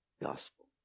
gospel